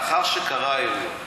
לאחר שקרה האירוע,